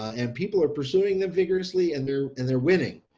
and people are pursuing them vigorously and there, and they're winning.